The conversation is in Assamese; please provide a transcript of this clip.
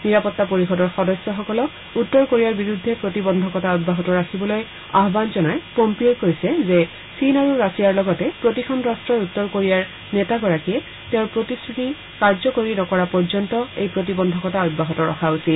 নিৰাপত্তা পৰিষদৰ সদস্য সকলক উত্তৰ কোৰিয়াৰ বিৰুদ্ধে প্ৰতিবদ্ধিকতা অব্যাহত ৰাখিবলৈ আহান জনাই পম্পিঅ'ই কৈছে যে চীন আৰু ৰাছিয়াৰ লগতে প্ৰতিখন ৰাট্টই উত্তৰ কোৰিয়াৰ নেতাগৰাকীয়ে তেওঁৰ প্ৰতিশ্ৰুতি কাৰ্য্যকৰী নকৰা পৰ্য্যন্ত এই প্ৰতিবন্ধকতা অব্যাহত ৰখা উচিত